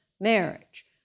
marriage